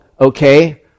okay